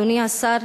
אדוני השר,